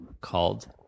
called